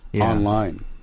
online